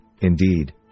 indeed